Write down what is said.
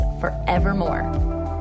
forevermore